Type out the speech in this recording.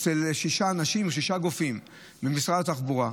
אצל שישה אנשים, שישה גופים במשרד התחבורה,